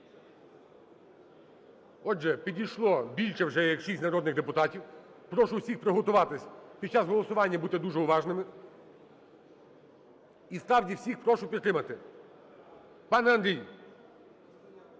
Отже, підійшло більше вже як 6 народних депутатів. Прошу всіх приготуватись, під час голосування бути дуже уважними, і справді всіх прошу підтримати. Пане Андрій,